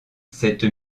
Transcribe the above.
cette